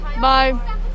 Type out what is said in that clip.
Bye